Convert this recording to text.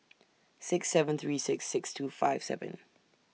six seven three six six two five seven